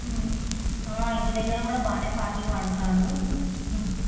ఇంటి దగ్గర కూడా బాగానే పాటలు పాడతాడు